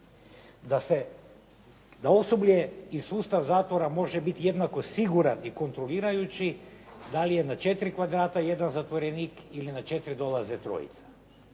Da osoblje i sustav zatvora može biti jednako siguran i kontrolirajući da li je na 4 kvadrata jedan zatvorenik ili na 4 dolaze trojica.